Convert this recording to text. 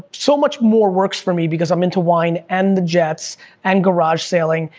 so much more works for me, because i'm into wine and the jets and garage selling,